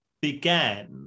began